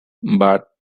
but